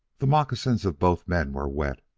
the moccasins of both men were wet,